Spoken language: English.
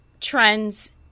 trends